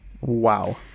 Wow